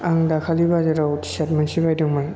आं दाखालि बाजाराव थि सार्त मोनसे बायदोंमोन